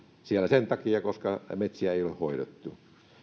sen takia koska metsiä ei ole hoidettu